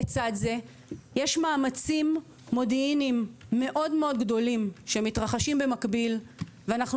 לצד זה יש מאמצים מודיעיניים גדולים מאוד שמתרחשים במקביל ואנחנו